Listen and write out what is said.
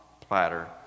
platter